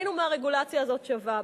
ראינו מה הרגולציה הזאת שווה.